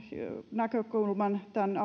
näkökulman